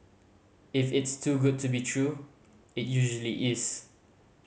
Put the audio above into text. if it's too good to be true it usually is